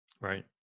Right